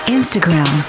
Instagram